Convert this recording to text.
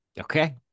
Okay